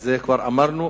את זה כבר אמרנו?